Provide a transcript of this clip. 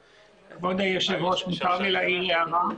כבוד היושב ראש, אם מותר לי להעיר הערה.